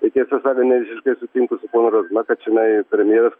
tai tiesą sakan ne visiškai sutinku su ponu razma kad čionai premjeras